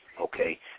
okay